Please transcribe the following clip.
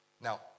Now